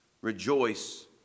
Rejoice